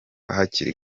hakiri